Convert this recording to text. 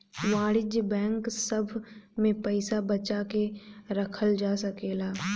वाणिज्यिक बैंक सभ में पइसा बचा के रखल जा सकेला